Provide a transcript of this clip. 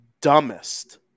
dumbest